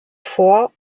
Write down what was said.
vor